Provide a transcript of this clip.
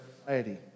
society